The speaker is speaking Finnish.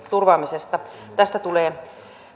turvaamisesta tästä tulee